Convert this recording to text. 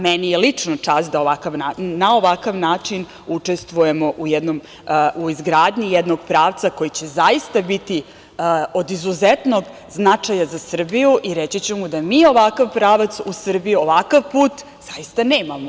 Meni je lično čast da na ovakav način učestvujemo u izgradnji jednog pravca koji će zaista biti od izuzetnog značaja za Srbiju i reći ću mu da mi ovakav pravac u Srbiji, ovakav put zaista nemamo.